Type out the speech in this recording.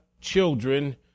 children